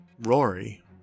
Rory